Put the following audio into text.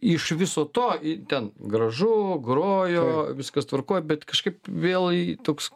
iš viso to ten gražu grojo viskas tvarkoj bet kažkaip vėl toks